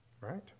Right